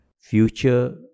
Future